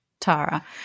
Tara